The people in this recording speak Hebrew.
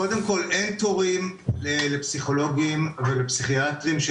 קודם כל אין תורים לפסיכולוגים ולפסיכיאטרים,